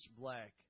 black